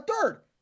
third